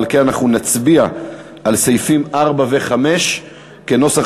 ועל כן אנחנו נצביע על סעיפים 4 ו-5 כנוסח